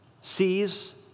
sees